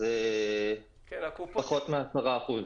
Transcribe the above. אז פחות מ-10%.